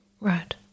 Right